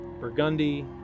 Burgundy